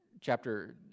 chapter